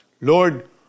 Lord